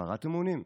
הפרת אמונים,